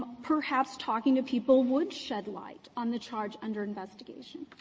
perhaps talking to people would shed light on the charge under investigation.